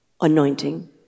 anointing